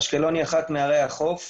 אשקלון היא אחת מערי החוף.